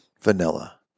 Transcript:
vanilla